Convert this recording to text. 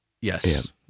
Yes